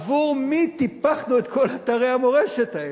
עבור מי טיפחנו את כל אתרי המורשת האלה?